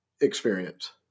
experience